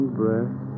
breath